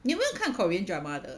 你有没有看 korean drama 的